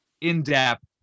in-depth